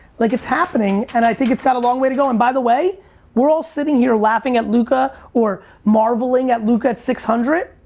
like it's happening and i think it's got a long way to go and by the way we're all sitting here laughing at luka or marveling at luka at six hundred.